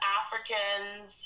africans